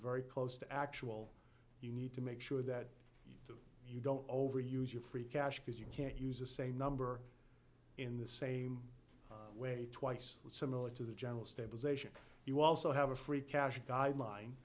very close to actual you need to make sure that you don't overuse your free cash because you can't use the same number in the same way twice similar to the general stabilization you also have a free cash guideline